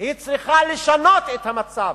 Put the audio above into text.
היא צריכה לשנות את המצב,